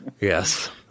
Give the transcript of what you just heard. Yes